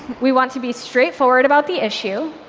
we want to be straightforward about the issue,